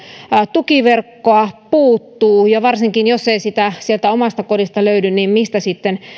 tukiverkkoa puuttuu ja varsinkin jos ei sitä sieltä omasta kodista löydy niin mistä